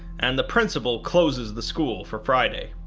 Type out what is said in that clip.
and the prinicpal closes the school for friday.